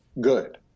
good